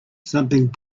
something